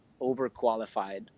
overqualified